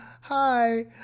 hi